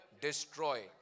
destroy